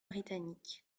britannique